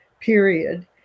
period